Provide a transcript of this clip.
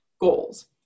goals